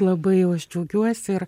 labai džiaugiuosi ir